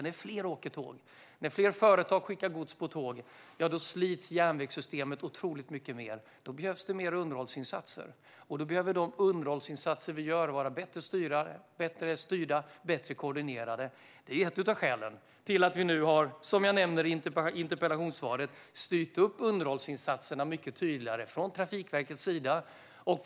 När fler åker tåg och fler företag skickar gods med tåg slits järnvägssystemet otroligt mycket mer. Då behövs det också mer underhållsinsatser, och då behöver de underhållsinsatser vi gör vara bättre styrda och bättre koordinerade. Det är ett av skälen till att vi nu, som jag nämner i interpellationssvaret, har styrt upp underhållsinsatserna från Trafikverkets sida mycket tydligare.